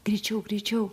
greičiau greičiau